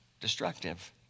destructive